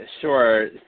Sure